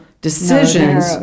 decisions